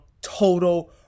total